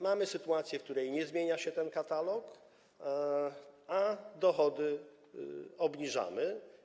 Mamy sytuację, w której nie zmienia się ten katalog zadań, a dochody obniżamy.